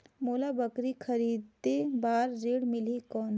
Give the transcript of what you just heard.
मोला बकरी खरीदे बार ऋण मिलही कौन?